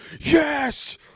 yes